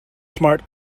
smart